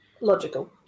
logical